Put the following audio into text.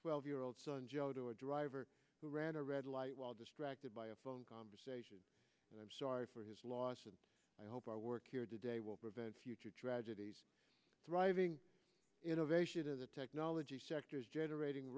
twelve year old son joe to a driver who ran a red light while distracted by a phone conversation and i'm sorry for his loss and i hope our work here today will prevent future tragedies driving innovation to the technology sector is generating